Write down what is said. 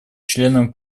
членам